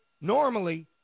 normally